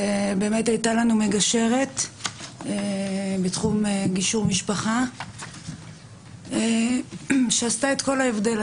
הייתה לנו מגשרת בתחום גישור משפחה שעשתה את כל ההבדל.